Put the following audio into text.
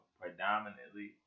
Predominantly